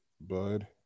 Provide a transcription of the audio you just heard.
Bud